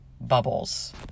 bubbles